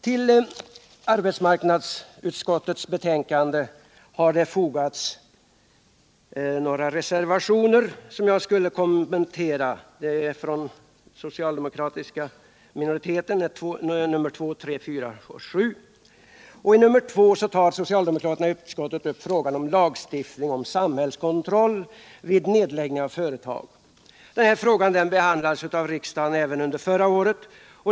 Till arbetsmarknadsutskottets betänkande har socialdemokraterna fogat några reservationer, där jag något skall kommentera reservationerna 2, 3, 4 och 7. I reservationen 2 tar socialdemokraterna i utskottet upp frågan om lagstiftning om samhällskontroll vid nedläggning av företag. Den frågan behandlades av riksdagen även under förra året.